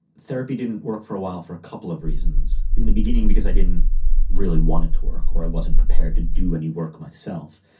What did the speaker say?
therapy didn't work for a while for a couple of reasons in the beginning because i didn't really want it to work, or i wasn't prepared to do any work myself.